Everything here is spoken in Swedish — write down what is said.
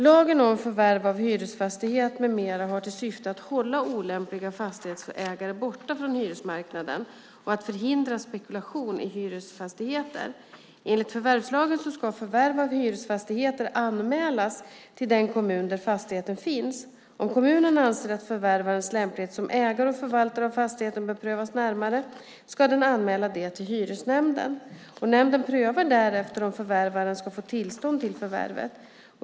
Lagen om förvärv av hyresfastighet med mera, förvärvslagen, har till syfte att hålla olämpliga fastighetsägare borta från hyresmarknaden och att förhindra spekulation i hyresfastigheter. Enligt förvärvslagen ska förvärv av hyresfastigheter anmälas till den kommun där fastigheten finns. Om kommunen anser att förvärvarens lämplighet som ägare och förvaltare av fastigheten bör prövas närmare, ska den anmäla detta till hyresnämnden. Nämnden prövar därefter om förvärvaren ska få tillstånd till förvärvet.